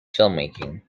filmmaking